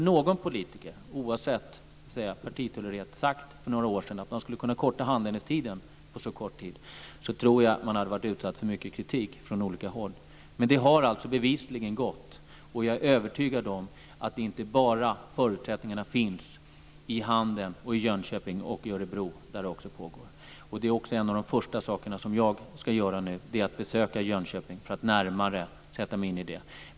Om någon politiker, oavsett partitillhörighet, för några år sedan sagt att man skulle kunna förkorta handläggningstiden på så kort tid, så tror jag att man hade blivit utsatt för mycket kritik från olika håll. Men det har bevisligen gått. Och jag är övertygad om att förutsättningarna finns inte bara i Handen, Jönköping och Örebro där det också pågår. En av de första sakerna som jag ska göra är att besöka Jönköping för att närmare sätta mig in i detta.